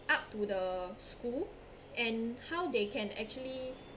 up to the school and how they can actually